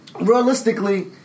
Realistically